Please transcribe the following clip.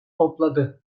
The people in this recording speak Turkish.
topladı